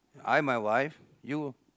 I my wife you